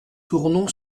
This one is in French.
tournon